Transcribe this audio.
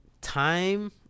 time